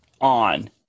on